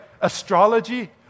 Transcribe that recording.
astrology